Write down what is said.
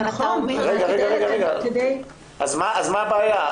אז מה הבעיה?